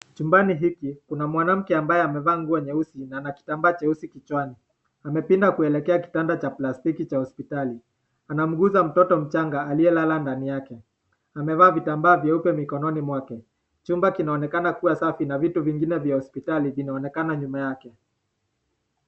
Chumbani hiki kuna mwanamke ambaye amevaa nguo nyeusi na ana kitambaa cheusi kichwani, amepinda kuelekea kitanda cha plastiki cha hosiptali, anamguza mtoto mchanga aliyelala ndani yake. Amevaa vitambaa vyeupe mikononi mwake, chumba kinaonekana kuwa safi na vitu vingine vya hosiptali vinaonekana nyuma yake.